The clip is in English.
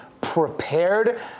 prepared